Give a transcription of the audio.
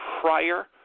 prior